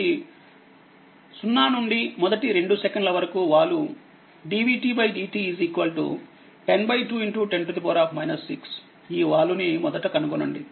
కాబట్టి 0 నుండి మొదటి2 సెకన్ల వరకు వాలు dv dt 102 10 6ఈ వాలు ని మొదట కనుగొనండి